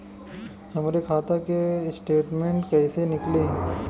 हमरे खाता के स्टेटमेंट कइसे निकली?